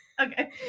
Okay